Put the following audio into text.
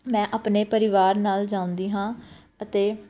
ਮੈਂ ਆਪਣੇ ਪਰਿਵਾਰ ਨਾਲ ਜਾਂਦੀ ਹਾਂ ਅਤੇ